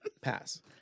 Pass